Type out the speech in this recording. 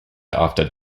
after